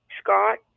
Scott